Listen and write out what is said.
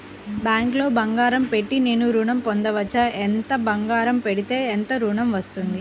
బ్యాంక్లో బంగారం పెట్టి నేను ఋణం పొందవచ్చా? ఎంత బంగారం పెడితే ఎంత ఋణం వస్తుంది?